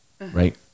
right